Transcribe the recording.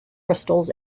crystals